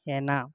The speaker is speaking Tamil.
ஏன்னால்